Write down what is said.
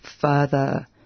further